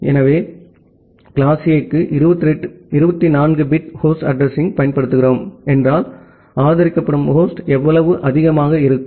ஆகவே class A க்கு 24 bit host அட்ரஸிங்யைப் பயன்படுத்துகிறோம் என்றால் ஆதரிக்கப்படும் ஹோஸ்ட் அவ்வளவு அதிகமாக இருக்கும்